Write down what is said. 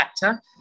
factor